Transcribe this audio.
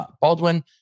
Baldwin